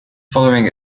following